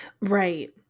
Right